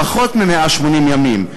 פחות מ-180 ימים.